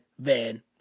Van